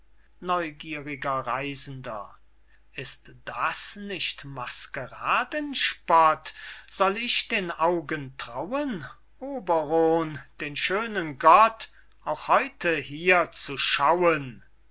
neugieriger reisender ist das nicht maskeraden spott soll ich den augen trauen oberon den schönen gott auch heute hier zu schauen